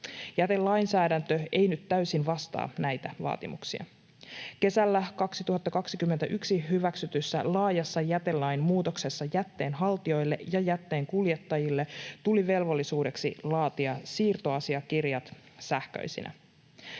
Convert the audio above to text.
Jätelainsäädäntö ei nyt täysin vastaa näitä vaatimuksia. Kesällä 2021 hyväksytyssä laajassa jätelain muutoksessa jätteen haltijoille ja jätteen kuljettajille tuli velvollisuudeksi laatia siirtoasiakirjat sähköisinä.